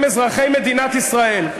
הם אזרחי מדינת ישראל.